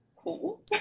cool